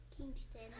Kingston